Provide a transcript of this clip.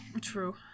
True